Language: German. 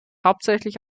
hauptsächlich